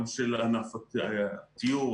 גם של ענף התיירות,